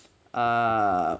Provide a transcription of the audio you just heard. ah